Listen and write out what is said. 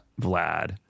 Vlad